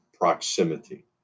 proximity